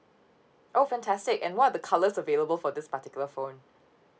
oh fantastic and what are the colors available for this particular phone